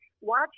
watch